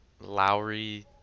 lowry